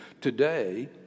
Today